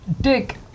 Dick